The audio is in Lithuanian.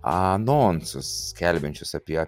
anonsus skelbiančius apie